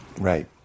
Right